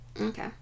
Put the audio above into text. Okay